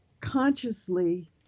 consciously